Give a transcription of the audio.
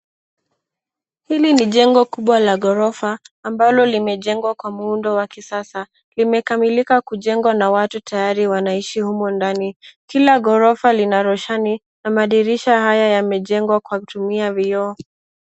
Hili ni jengo kubwa la ghorofa ambalo limejengwa kwa muundo wa kisasa, limekamilika kujengwa na watu tayari wanaishi humo ndani. Kila ghorofa lina roshani na madirisha haya yamejengwa kwa kutumia vioo.